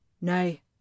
Nay